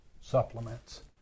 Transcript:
supplements